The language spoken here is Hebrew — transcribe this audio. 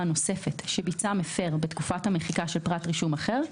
נוספת שביצע מפר בתקופת המחיקה של פרט רישום אחר,